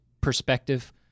perspective